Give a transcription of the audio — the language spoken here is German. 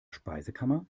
speisekammer